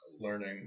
learning